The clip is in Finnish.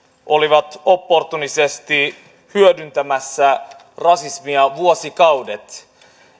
olivat opportunistisesti hyödyntämässä rasismia vuosikaudet